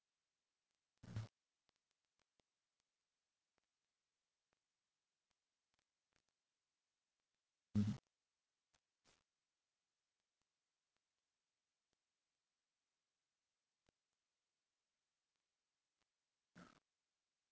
mmhmm ya